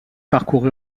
parcours